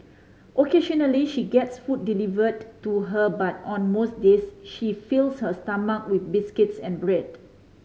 occasionally she gets food delivered to her but on most days she fills her stomach with biscuits and bread